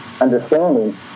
understanding